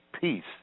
peace